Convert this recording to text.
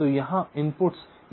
तो यहां inputs A B C हैं